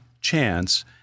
chance